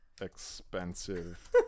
expensive